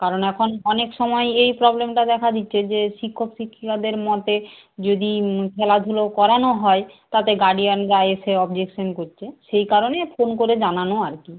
কারণ এখন অনেক সময় এই প্রবলেমটা দেখা দিচ্ছে যে শিক্ষক শিক্ষিকাদের মতে যদি খেলাধুলো করানো হয় তাতে গার্ডিয়ানরা এসে অবজেকশান করছে সেই কারণে ফোন করে জানানো আর কি